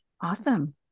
Awesome